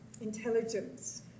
intelligence